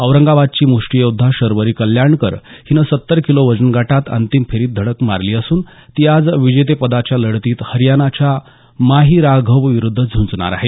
औरंगाबादची मृष्टीयोद्धा शर्वरी कल्याणकर हिनं सत्तर किलो वजन गटाच्या अंतिम फेरीत धडक मारली असून ती आज विजेतेपदाच्या लढतीत हरियाणाच्या माही राघवविरुद्ध झ्रंजणार आहे